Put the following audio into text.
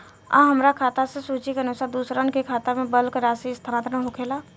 आ हमरा खाता से सूची के अनुसार दूसरन के खाता में बल्क राशि स्थानान्तर होखेला?